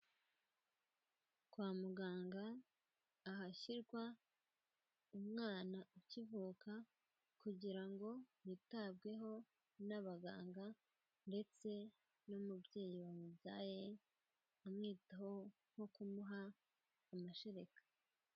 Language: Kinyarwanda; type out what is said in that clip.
Kwa muganga ahashyirwa umwana ukivuka kugira ngo yitabweho n'abaganga ndetse n'umubyeyi wamubyaye amwitaho nko kumuha amashereka.